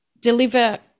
deliver